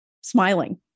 smiling